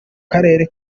karere